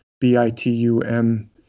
B-I-T-U-M